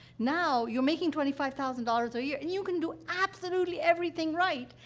now you're making twenty five thousand dollars a year, and you can do absolutely everything right,